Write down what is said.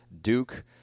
Duke